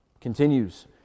Continues